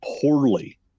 poorly